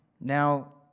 Now